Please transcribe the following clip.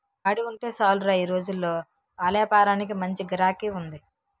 పాడి ఉంటే సాలురా ఈ రోజుల్లో పాలేపారానికి మంచి గిరాకీ ఉంది